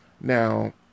now